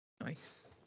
nice